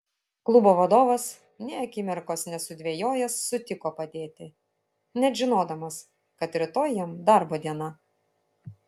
klubo vadovas nė akimirkos nesudvejojęs sutiko padėti net žinodamas kad rytoj jam darbo diena